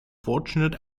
fortunate